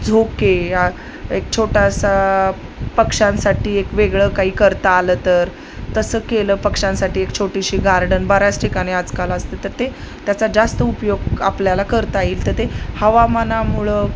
झोके या एक छोटासा पक्षांसाठी एक वेगळं काही करता आलं तर तसं केलं पक्षांसाठी एक छोटीशी गार्डन बऱ्याच ठिकाणी आजकाल असते तर ते त्याचा जास्त उपयोग आपल्याला करता येईल त ते हवामानामुळं